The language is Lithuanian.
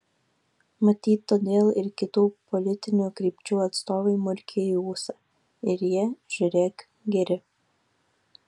matyt todėl ir kitų politinių krypčių atstovai murkia į ūsą ir jie žiūrėk geri